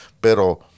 pero